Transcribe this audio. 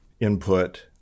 input